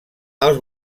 els